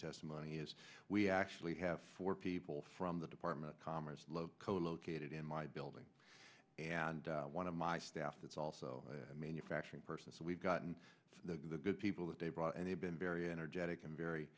testimony is we actually have four people from the department of commerce colocated in my building and one of my staff that's also a manufacturing person so we've gotten the good people that they brought any been very energetic and very